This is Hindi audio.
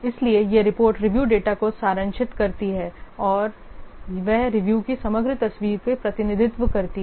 इसलिए यह रिपोर्ट रिव्यू डेटा को सारांशित करती है और यह रिव्यू की समग्र तस्वीर का प्रतिनिधित्व करती है